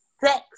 sex